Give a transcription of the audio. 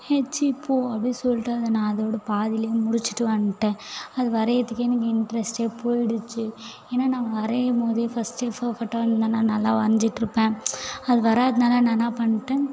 ஏ ச்சீ போ அப்படி சொல்லிடேன் நான் அதோடய பாதியில் முடிச்சிட்டு வந்துடேன் அது வரைகிறதுக்கே எனக்கு இன்ட்ரஸ்டே போயிடுச்சு ஏன்னா நான் வரையும் போதே ஃபஸ்ட்டு நல்லா வரைஞ்சிட்டுருப்பேன் அது வராதுனால் நான் என்ன பண்ணிடேன்